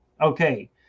okay